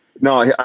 no